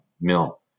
Mill